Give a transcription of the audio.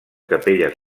capelles